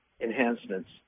enhancements